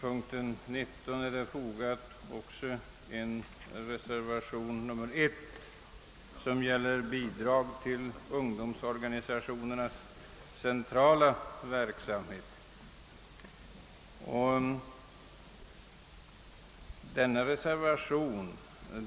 Herr talman! Vid punkten 19, som gäller bidrag till ungdomsorganisationernas centrala verksamhet, har också fogats reservationen D1.